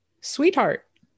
sweetheart